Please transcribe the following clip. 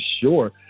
sure